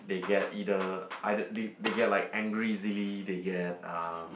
they get either ei~ they they get like angry easily they get uh